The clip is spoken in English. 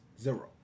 Zero